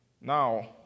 Now